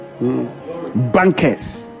bankers